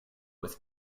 with